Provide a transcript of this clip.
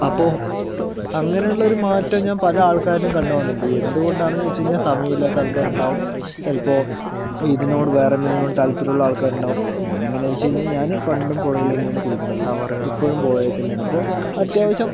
അപ്പോൾ അങ്ങനെ ഉള്ളൊരു മാറ്റം ഞാൻ പല ആൾക്കാരിലും കണ്ട് വന്നിട്ടുണ്ട് എന്തു കൊണ്ടാണെന്ന് ചോദിച്ച് കഴിഞ്ഞാൽ സമയം ഇല്ലാത്ത ആൾക്കാരുണ്ടാവും ചിലപ്പോൾ ഇതിനോട് വേറെന്തിനോട് താല്പര്യമുള്ള ആൾക്കാരുണ്ടാകും ഞാനിങ്ങനേന്ന് വച്ച് കഴിഞ്ഞാൽ ഞാൻ പണ്ടും പുഴയില് തന്നെയാണ് കുളിക്കണത് ഇപ്പൊഴും പുഴയിൽ തന്നെയാണ് ഇപ്പോൾ അത്യാവശ്യം